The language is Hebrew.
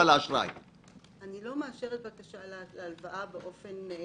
האשראי שיש ללווים הגדולים ולחברות אחזקה בבנק הבינלאומי,